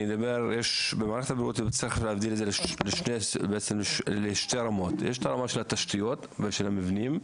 יש שתי רמות: יש הרמה של התשתיות ושל המבנים,